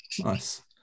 nice